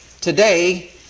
today